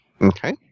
Okay